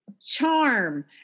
charm